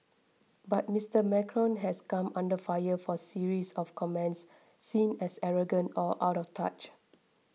but Mister Macron has come under fire for series of comments seen as arrogant or out of touch